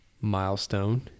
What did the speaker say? milestone